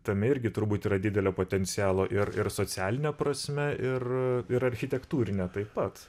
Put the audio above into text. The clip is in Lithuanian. tame irgi turbūt yra didelio potencialo ir ir socialine prasme ir ir architektūrine taip pat